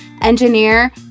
engineer